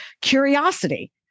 curiosity